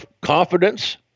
confidence